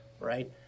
right